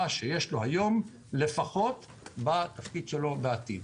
שיש לו היום לפחות בתפקיד שלו בעתיד.